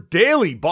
daily